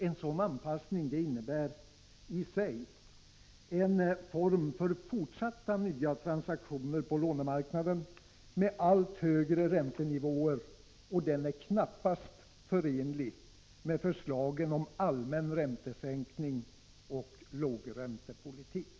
En sådan anpassning innebär i sig en form för fortsatta, nya transaktioner på lånemarknaden med allt högre räntenivåer och är knappast förenlig med förslagen om en allmän räntesänkning och lågräntepolitik.